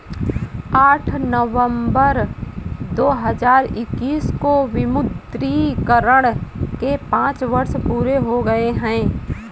आठ नवंबर दो हजार इक्कीस को विमुद्रीकरण के पांच वर्ष पूरे हो गए हैं